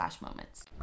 moments